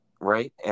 right